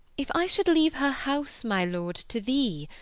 if i should leave her house, my lord, to thee,